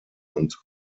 und